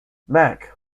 mac